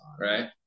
Right